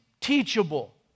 teachable